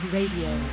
Radio